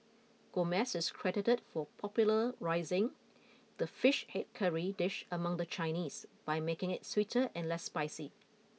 Gomez is credited for popularising the fish head curry dish among the Chinese by making it sweeter and less spicy